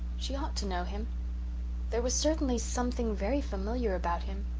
she ought to know him there was certainly something very familiar about him